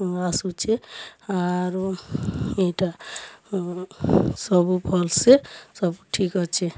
ଆସୁଛେ ଆରୁ ଏଟା ସବୁ ଭଲ୍ ସେ ସବୁ ଠିକ୍ ଅଛେ